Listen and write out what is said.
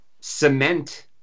cement